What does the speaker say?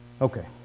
Okay